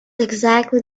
exactly